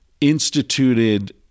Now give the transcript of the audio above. instituted